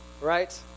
Right